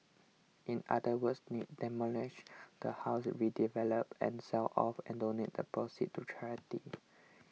in other words demolish the house redevelop and sell off and donate the proceeds to charity